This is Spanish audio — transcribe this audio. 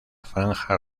franja